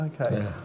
okay